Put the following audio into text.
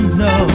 no